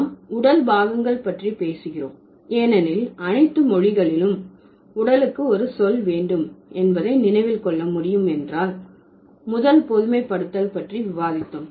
நாம் உடல் பாகங்கள் பற்றி பேசுகிறோம் ஏனெனில் அனைத்து மொழிகளிலும் உடலுக்கு ஒரு சொல் வேண்டும் என்பதை நினைவில் கொள்ள முடியும் என்றால் முதல் பொதுமைப்படுத்தல் பற்றி விவாதித்தோம்